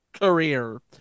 career